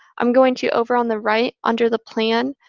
i'm going to, over on the right, under the plan,